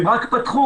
הם רק פתחו,